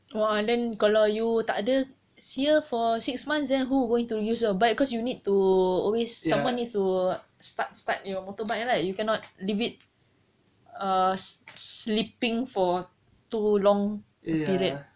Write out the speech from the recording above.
!wah! and then kalau you tak ada here for six months then who going to use your bike cause you need to always someone needs to start start your motorbike right you cannot leave it err sleeping for too long period